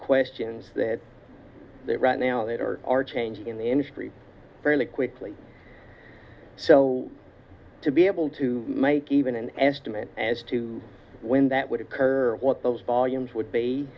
questions that there are right now that are are changing in the industry fairly quickly so to be able to make even an estimate as to when that would occur what those volumes would be